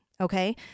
Okay